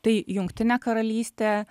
tai jungtinė karalystė